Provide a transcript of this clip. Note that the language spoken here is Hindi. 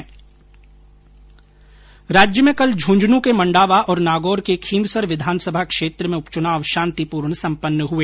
राज्य में कल झुंझुनू के मंडावा और नागौर के खींवसर विधानसभा क्षेत्र में उपचुनाव शांतिपूर्ण सम्पन्न हुए